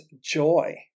joy